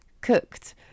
cooked